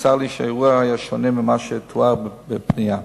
נמסר לי שהאירוע היה שונה ממה שתואר בפנייה.